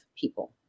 people